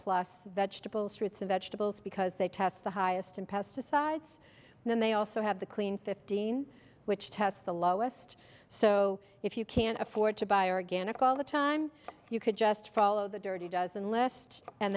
plus vegetables fruits vegetables because they test the highest in pesticides and then they also have the clean fifteen which tests the lowest so if you can't afford to buy organic all the time you could just follow the dirty dozen list and